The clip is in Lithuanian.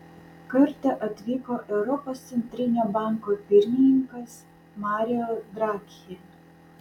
kartą atvyko europos centrinio banko pirmininkas mario draghi